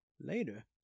Later